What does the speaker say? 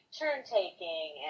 turn-taking